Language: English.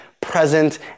present